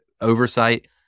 oversight